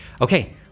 okay